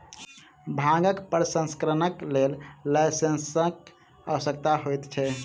भांगक प्रसंस्करणक लेल लाइसेंसक आवश्यकता होइत छै